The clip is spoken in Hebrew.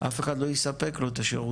אף אחד לא יספק לו אותם.